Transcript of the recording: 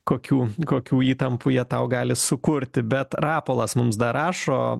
kokių kokių įtampų jie tau gali sukurti bet rapolas mums dar rašo